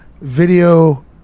video